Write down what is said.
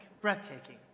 breathtaking